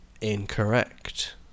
Incorrect